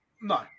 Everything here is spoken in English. No